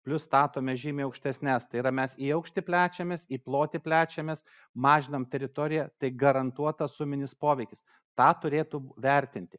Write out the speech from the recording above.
plius statome žymiai aukštesnes tai yra mes į aukštį plečiamės į plotį plečiamės mažinam teritoriją tai garantuotas suminis poveikis tą turėtų vertinti